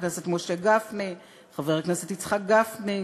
חבר הכנסת משה גפני,